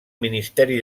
ministeri